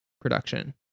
production